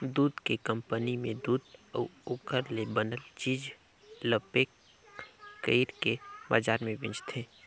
दूद के कंपनी में दूद अउ ओखर ले बनल चीज ल पेक कइरके बजार में बेचथे